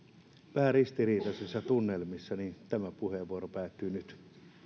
vähän ristiriitaisissa tunnelmissa tämä puheenvuoro päättyy nyt